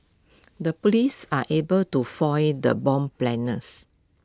the Police are able to foil the bomber's planners